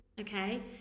okay